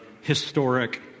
historic